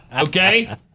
Okay